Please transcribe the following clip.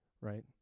right